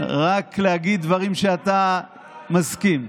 רק להגיד דברים שאתה מסכים.